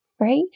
right